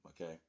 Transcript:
okay